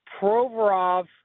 Provorov